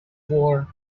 war